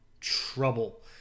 trouble